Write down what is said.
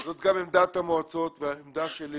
זאת גם עמדת המועצות והעמדה שלי